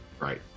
Right